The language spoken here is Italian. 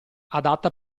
adatta